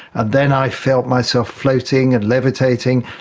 and then i felt myself floating and levitating,